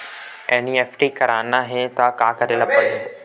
NEFT करना हे त का करे ल पड़हि?